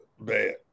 bad